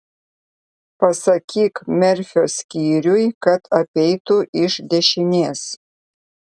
pasakyk merfio skyriui kad apeitų iš dešinės